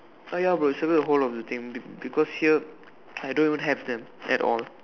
ah ya bro circle the whole of the thing because here I don't even have them at all